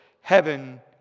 Heaven